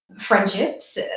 friendships